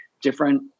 different